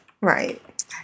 Right